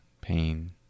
pain